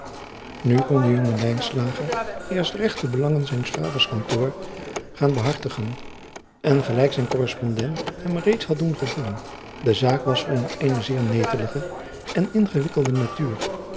nu kon de jonge lijnslager eerst regt de belangen van zijn s vaders kantoor gaan behartigen en gelijk zijn korrespondent hem reeds had doen gevoelen de zaak was van eene zeer netelige en ingewikkelde natuur